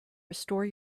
restore